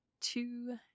two